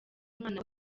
umwana